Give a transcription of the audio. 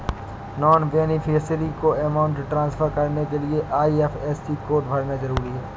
non beneficiary को amount transfer करने के लिए आई.एफ.एस.सी कोड भरना जरूरी है